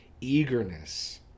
eagerness